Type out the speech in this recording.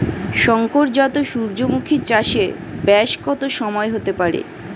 শংকর জাত সূর্যমুখী চাসে ব্যাস কত সময় হতে পারে?